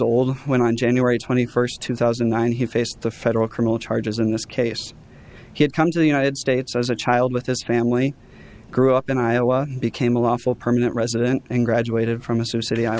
old when on january twenty first two thousand and nine he faced the federal criminal charges in this case he had come to the united states as a child with his family grew up in iowa became a lawful permanent resident and graduated from a city i